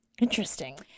Interesting